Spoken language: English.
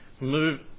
move